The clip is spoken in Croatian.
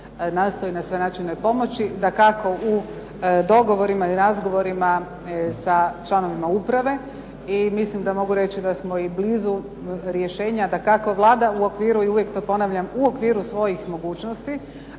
nastoji na sve načine pomoći, dakako u dogovorima i razgovorima sa članovima uprave i mislim da mogu reći da smo blizu rješenja. Dakako Vlada u okviru i uvijek to ponavljam, uvijek u okviru svojih mogućnosti,